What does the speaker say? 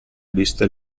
viste